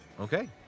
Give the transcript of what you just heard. Okay